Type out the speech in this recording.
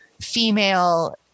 female